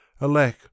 Alack